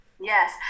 Yes